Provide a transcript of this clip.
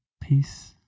Peace